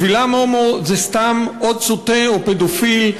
בשבילם הומו זה סתם עוד סוטה או פדופיל,